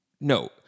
no